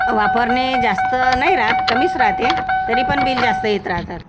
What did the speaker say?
वापरणे जास्त नाही राहत कमीच राहते तरी पण बिल जास्त येत राहतात